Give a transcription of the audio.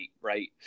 right